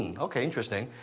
okay, interesting.